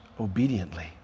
obediently